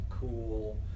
cool